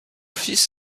fils